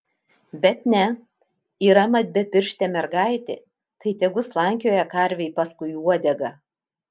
bet ne yra mat bepirštė mergaitė tai tegu slankioja karvei paskui uodegą